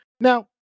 now